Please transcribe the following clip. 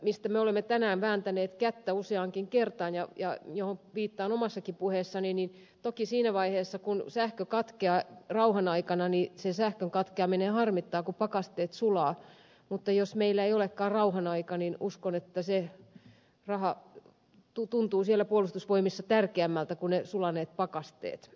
kun me olemme tänään vääntäneet kättä rahasta useaankin kertaan mihin viittaan omassa puheessanikin niin toki siinä vaiheessa kun sähkö katkeaa rauhan aikana sen katkeaminen harmittaa kun pakasteet sulavat mutta jos meillä ei olekaan rauhan aika niin uskon että se raha tuntuu siellä puolustusvoimissa tärkeämmältä kuin ne sulaneet pakasteet